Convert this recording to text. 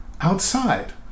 outside